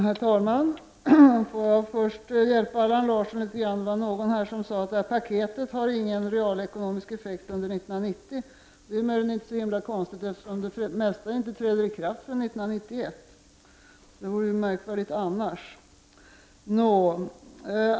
Herr talman! Låt mig först hjälpa Allan Larsson litet grand. Det var någon här som sade att paketet inte har någon realekonomisk effekt under 1990. Det är inte så himla konstigt, eftersom det mesta av det inte träder i kraft förrän 1991.